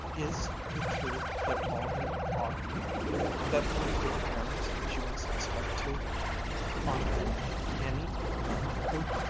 is it true that all men are that when a girl marries she must expect to aren't there any men who